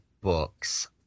books